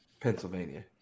Pennsylvania